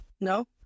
No